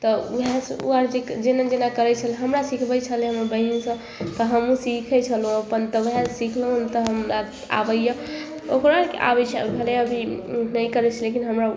तऽ उहे सभ आर जे कहै जेना जेना करै छलै हमरा सिखबै छलै हमर बहिन सभ तऽ हमहुँ सीखै छलहुॅं अपन तऽ ओहै सिखलहुॅं हन तऽ हमरा आबैए ओकरा आबै छै भले अभी नहि करै छै लेकिन हमरा